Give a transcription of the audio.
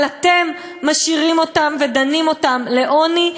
אבל אתם משאירים אותם ודנים אותם לעוני,